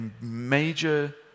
major